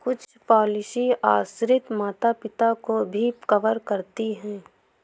कुछ पॉलिसी आश्रित माता पिता को भी कवर करती है